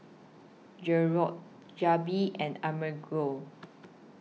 Jerrold and Amerigo